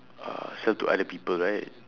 uh sell to other people right